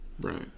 right